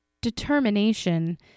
determination